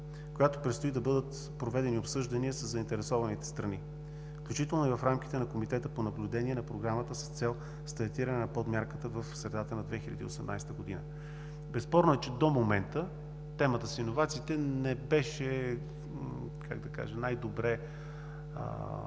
Предстои да бъдат проведени обсъждания със заинтересованите страни, включително и в рамките на Комитета по наблюдение на Програмата, с цел стартиране на подмярката в средата на 2018 г. Безспорно е, че до момента темата с иновациите не беше, как да